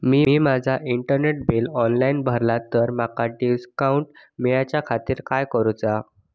मी माजा इंटरनेटचा bill online भरला तर माका डिस्काउंट मिलाच्या खातीर काय करुचा?